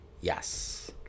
Yes